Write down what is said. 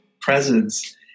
presence